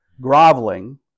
groveling